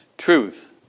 Truth